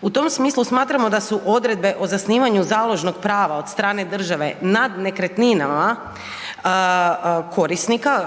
U tom smislu smatramo da su odredbe o zasnivanju založnog prava od strane države nad nekretninama korisnika